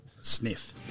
Sniff